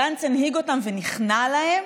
גנץ הנהיג אותם ונכנע להם,